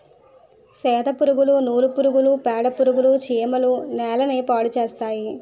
సెదపురుగులు నూలు పురుగులు పేడపురుగులు చీమలు నేలని పాడుచేస్తాయి